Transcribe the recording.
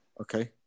Okay